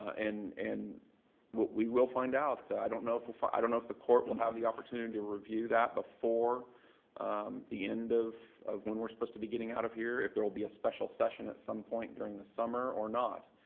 and and we will find out. i don't know if if i don't know if the court will have the opportunity to review that before the end of of when we're supposed to be getting out of here, if there will be a special session at some point during the summer or not.